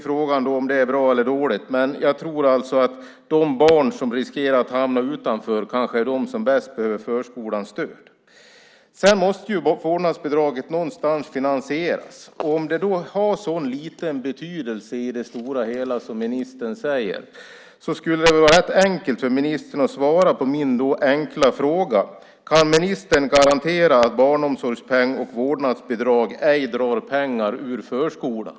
Frågan är om det är bra eller dåligt. Jag tror att de barn som riskerar att hamna utanför kanske är de som bäst behöver förskolans stöd. Sedan måste vårdnadsbidraget finansieras någonstans. Om det har en så liten betydelse i det stora hela som ministern säger borde det vara rätt enkelt för ministern att svara på min enkla fråga. Kan ministern garantera att barnomsorgspeng och vårdnadsbidrag ej drar pengar ur förskolan?